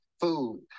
food